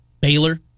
Baylor